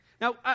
Now